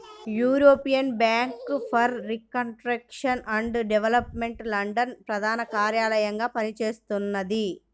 European bank for reconstruction and development London ప్రధాన కార్యాలయంగా పనిచేస్తున్నది